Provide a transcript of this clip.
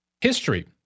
History